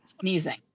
sneezing